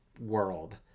world